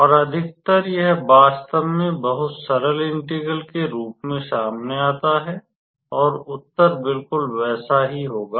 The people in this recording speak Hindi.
और अधिकतर यह वास्तव में बहुत सरल इंटीग्रल के रूप में सामने आता है और उत्तर बिल्कुल वैसा ही होगा